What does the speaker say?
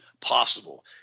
possible